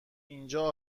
اینجا